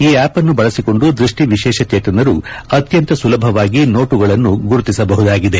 ಈ ಆಪ್ನ್ನು ಬಳಸಿಕೊಂಡು ದೃಷ್ಟಿ ವಿಶೇಷಚೇತನರು ಅತ್ಯಂತ ಸುಲಭವಾಗಿ ನೋಟುಗಳನ್ನು ಗುರುತಿಸಬಹುದಾಗಿದೆ